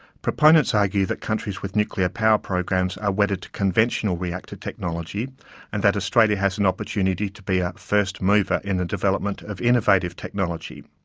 proponents argue that countries with nuclear power programs are wedded to conventional reactor technology and that australia has an opportunity to be a first mover in the development of innovative technology.